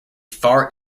far